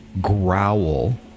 growl